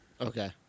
Okay